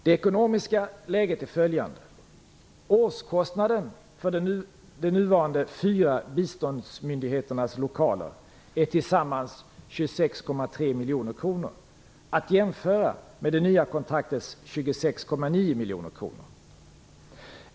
Det ekonomiska läget är följande. Årskostnaden för de nuvarande fyra biståndsmyndigheternas lokaler är tillsammans 26,3 miljoner kronor, att jämföra med det nya kontraktets 26,9 miljoner kronor.